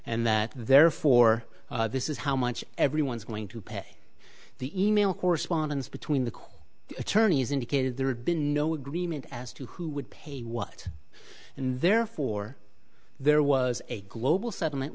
and that therefore this is how much everyone's going to pay the email correspondence between the core attorneys indicated there had been no agreement as to who would pay what and therefore there was a global settlement